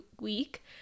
week